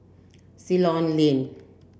Ceylon Lane